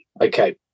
okay